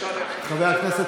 כבוד היושב-ראש,